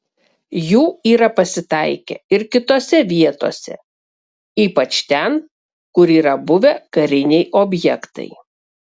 jų yra pasitaikę ir kitose vietose ypač ten kur yra buvę kariniai objektai